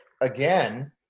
again